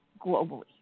globally